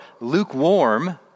lukewarm